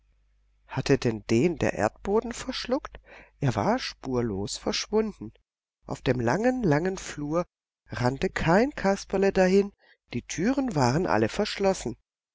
hatte denn den der erdboden verschluckt er war spurlos verschwunden auf dem langen langen flur rannte kein kasperle dahin die türen waren alle verschlossen